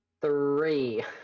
Three